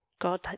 God